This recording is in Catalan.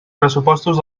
pressupostos